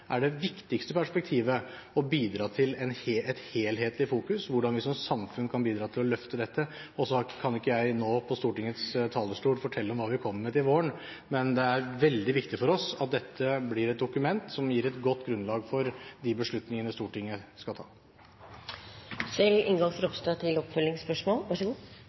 er det viktigste perspektivet å bidra til et helhetlig fokus, hvordan vi som samfunn kan bidra til å løfte dette. Så kan ikke jeg nå, fra Stortingets talerstol, fortelle om hva vi kommer med til våren, men det er veldig viktig for oss at dette blir et dokument som gir et godt grunnlag for de beslutningene Stortinget skal